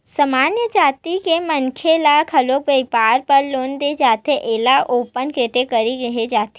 सामान्य जाति के मनखे ल घलो बइपार बर लोन दे जाथे एला ओपन केटेगरी केहे जाथे